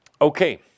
Okay